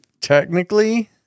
technically